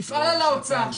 נפעל על האוצר,